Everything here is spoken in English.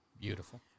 Beautiful